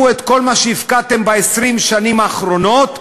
את כל מה שהפקעתם ב-20 השנים האחרונות,